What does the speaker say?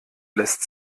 lässt